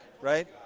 right